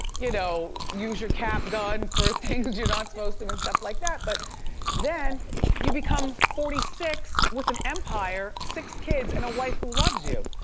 you know, use your cap gun for things you're not supposed to and stuff like that. but then you become forty six with an empire, six kids and a wife who loves you.